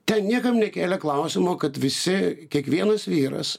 ten niekam nekėlė klausimo kad visi kiekvienas vyras